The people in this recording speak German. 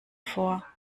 vor